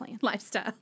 Lifestyle